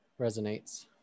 resonates